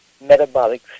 metabolic